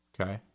Okay